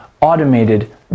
automated